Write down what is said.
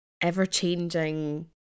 ever-changing